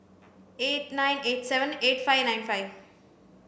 eight nine eight seven eight five nine five